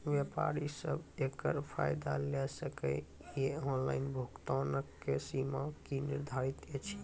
व्यापारी सब एकरऽ फायदा ले सकै ये? ऑनलाइन भुगतानक सीमा की निर्धारित ऐछि?